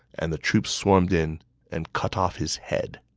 and the troops swarmed in and cut off his head.